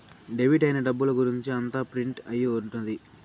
debit అయిన డబ్బుల గురుంచి అంతా ప్రింట్ అయి ఉంటది